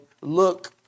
look